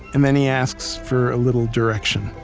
and then he asks for a little direction.